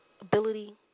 ability